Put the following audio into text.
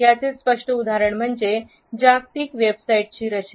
याचे स्पष्ट उदाहरण म्हणजे जागतिक वेबसाइट्सची रचना